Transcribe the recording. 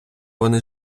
вони